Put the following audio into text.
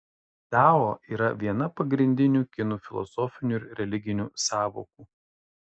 dao yra viena pagrindinių kinų filosofinių ir religinių sąvokų